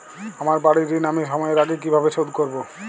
আমার বাড়ীর ঋণ আমি সময়ের আগেই কিভাবে শোধ করবো?